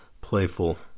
playful